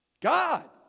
God